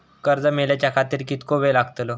कर्ज मेलाच्या खातिर कीतको वेळ लागतलो?